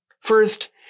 First